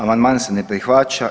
Amandman se ne prihvaća.